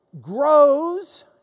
grows